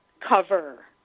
cover